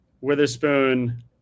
Witherspoon